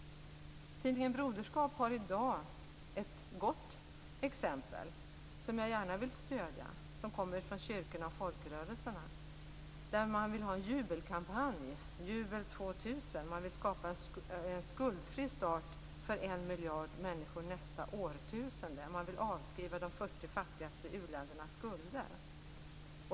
Tidningen Broderskap har i dag ett gott exempel, som jag gärna vill stödja, som kommer från kyrkorna och folkrörelserna. Man vill ha en jubelkampanj, Jubel 2000. Man vill skapa en skuldfri start för en miljard människor nästa årtusende. Man vill avskriva de 40 fattigaste u-ländernas skulder.